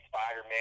Spider-Man